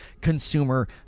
consumer